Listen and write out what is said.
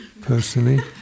personally